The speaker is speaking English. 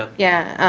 ah yeah.